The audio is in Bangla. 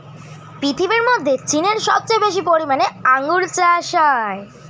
পৃথিবীর মধ্যে চীনে সবচেয়ে বেশি পরিমাণে আঙ্গুর চাষ হয়